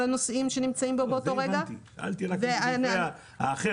את זה הבנתי, אבל דיברתי על משהו אחר.